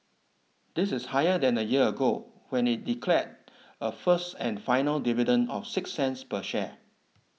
this is higher than a year ago when it declared a first and final dividend of six cents per share